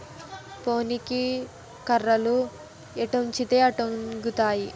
పోనీకి కర్రలు ఎటొంచితే అటొంగుతాయి